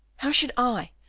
how should i,